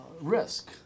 risk